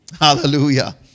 Hallelujah